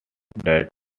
that